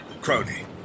Crony